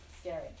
Scary